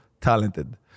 talented